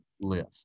live